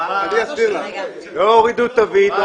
לא הורידו תווית,